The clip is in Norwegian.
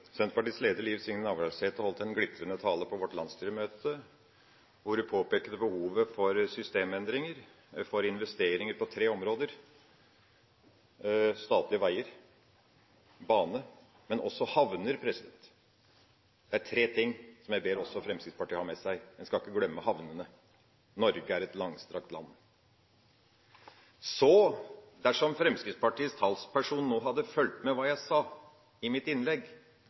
Senterpartiets leder, Liv Signe Navarsete, holdt en glitrende tale på vårt landsstyremøte, hvor hun påpekte behovet for systemendringer, for investeringer på tre områder: statlige veier, bane, men også havner – det er tre ting som jeg ber også Fremskrittspartiet ha med seg. En skal ikke glemme havnene. Norge er et langstrakt land. Dersom Fremskrittspartiets talsperson nå hadde fulgt med på det jeg sa i mitt innlegg,